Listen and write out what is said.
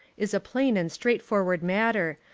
is a plain and straightforward matter,